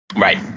Right